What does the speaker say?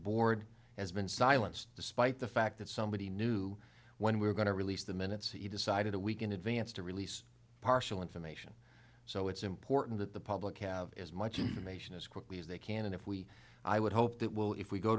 board has been silenced despite the fact that somebody knew when we were going to release the minutes he decided a week in advance to release partial information so it's important that the public have as much information as quickly as they can and if we i would hope that will if we go